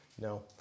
No